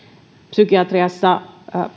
psykiatriassa